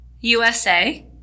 USA